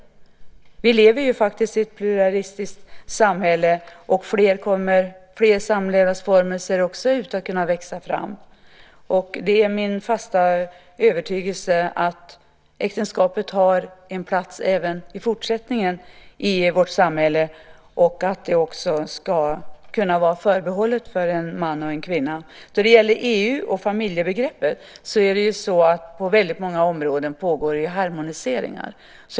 Vi lever i ett pluralistiskt samhälle, och fler samlevnadsformer ser ut att kunna växa fram. Det är min fasta övertygelse att äktenskapet har en plats i vårt samhälle även i fortsättningen och att det också ska kunna vara förbehållet en man och en kvinna. Då det gäller EU och familjebegreppet pågår det harmoniseringar på många områden.